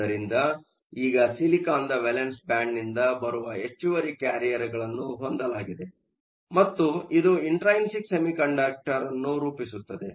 ಆದ್ದರಿಂದ ಈಗ ಸಿಲಿಕಾನ್ನ ವೇಲೆನ್ಸ್ ಬ್ಯಾಂಡ್ನಿಂದ ಬರುವ ಹೆಚ್ಚುವರಿ ಕ್ವಾರಿಯರ್carrierಗಳನ್ನು ಹೊಂದಲಾಗಿದೆ ಮತ್ತು ಇದು ಇಂಟ್ರೈನ್ಸಿಕ್ ಸೆಮಿಕಂಡಕ್ಟರ್ನ್ನು ರೂಪಿಸುತ್ತದೆ